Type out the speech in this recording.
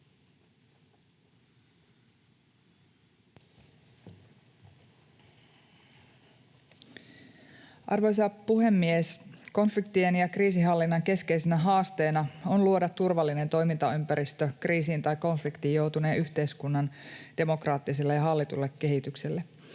Arvoisa puhemies! Konfliktien- ja kriisinhallinnan keskeisenä haasteena on luoda turvallinen toimintaympäristö kriisiin tai konf-liktiin joutuneen yhteiskunnan demokraattiselle ja hallitulle kehitykselle.